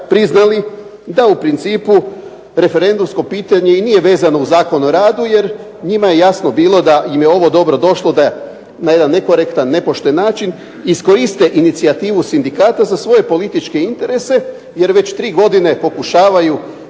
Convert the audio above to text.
priznali da u principu referendumsko pitanje i nije vezano uz Zakon o radu jer njima je jasno bilo da im je ovo dobro došlo da na jedan nekorektan, nepošten način iskoriste inicijativu sindikata za svoje političke interese jer već tri godine pokušavaju